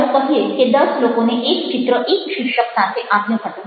ચાલો કહીએ કે 10 લોકોને એક ચિત્ર એક શીર્ષક સાથે આપ્યું હતું